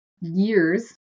years